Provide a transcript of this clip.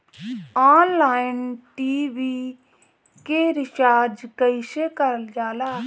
Online TV के recharge कईसे करल जाला?